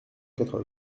quatre